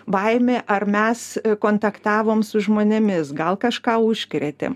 baimė ar mes kontaktavom su žmonėmis gal kažką užkrėtė